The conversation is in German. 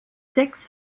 sechs